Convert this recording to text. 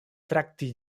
trakti